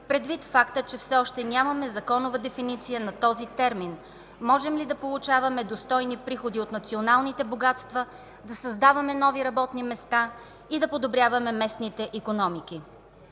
предвид факта, че все още нямаме законова дефиниция на този термин? Можем ли да получаваме достойни приходи от националните богатства, да създаваме нови работни места и да подобрява;е местните икономики?